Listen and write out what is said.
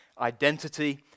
identity